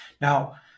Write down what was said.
Now